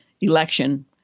election